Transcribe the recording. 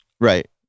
Right